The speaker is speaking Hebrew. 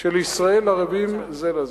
של ישראל ערבים זה לזה.